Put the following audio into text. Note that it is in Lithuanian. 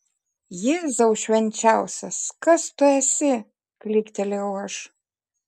jėzau švenčiausias kas tu esi klyktelėjau aš